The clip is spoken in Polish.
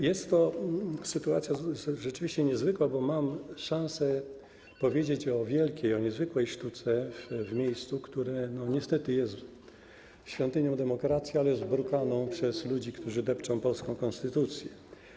Jest to sytuacja rzeczywiście niezwykła, bo mam szansę powiedzieć o wielkiej, o niezwykłej sztuce w miejscu, które niestety jest świątynią demokracji, ale zbrukaną przez ludzi, którzy depczą polską konstytucję.